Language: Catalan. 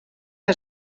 que